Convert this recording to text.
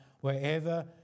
wherever